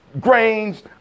grains